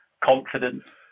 Confidence